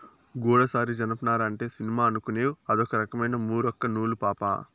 గూడసారి జనపనార అంటే సినిమా అనుకునేవ్ అదొక రకమైన మూరొక్క నూలు పాపా